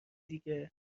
دیگه